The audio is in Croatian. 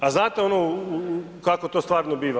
A znate ono kako to stvarno biva?